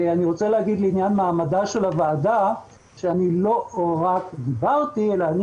אני רוצה לומר בעניין מעמדה של הוועדה שאני לא רק דיברתי אלא אני